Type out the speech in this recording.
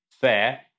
fair